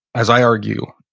as i argue,